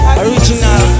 original